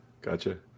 Gotcha